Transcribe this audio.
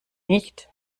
nicht